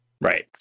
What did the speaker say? Right